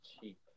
cheap